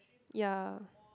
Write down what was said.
ya